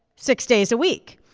six days a week.